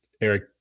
Eric